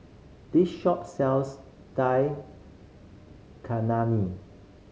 this shop sells Dal